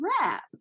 wrap